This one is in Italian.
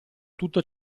tutto